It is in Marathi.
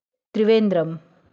त्रिवेंद्रम